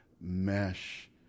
mesh